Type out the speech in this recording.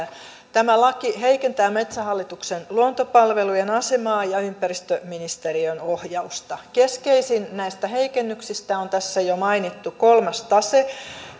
tämä laki heikentää metsähallituksen luontopalvelujen asemaa ja ympäristöministeriön ohjausta keskeisin näistä heikennyksistä on tässä jo mainittu kolmas tase